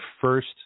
first